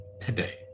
today